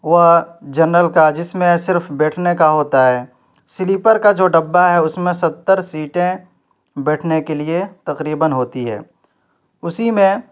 وہ جنرل کا جس میں صرف بیٹھنے کا ہوتا ہے سلیپر کا جو ڈبہ ہے اس میں ستر سیٹیں بیٹھنے کے لیے تقریباً ہوتی ہے اسی میں